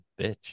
bitch